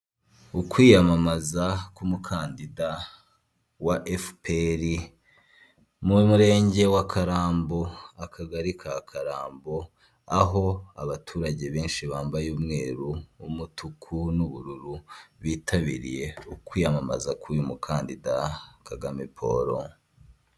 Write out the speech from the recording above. Ukwiyamamaza k'umukandida wa efuperi, mu murenge wa Karambo, akagari ka Karambo, aho abaturage benshi bambaye umweru, umutuku n'ubururu, bitabiriye ukwiyamamaza k'uyu mukandida Kagame Polo.